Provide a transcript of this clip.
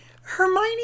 Hermione